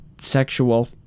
sexual